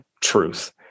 truth